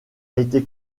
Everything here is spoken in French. été